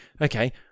okay